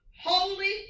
holy